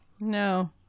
No